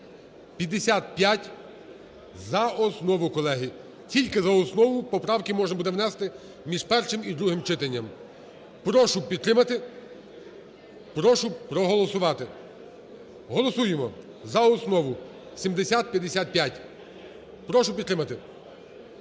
7055) за основу. Колеги, тільки за основу. Поправки можна буде внести між першим і другим читанням. Прошу підтримати, прошу проголосувати. Голосуємо за основу 7055. Прошу підтримати.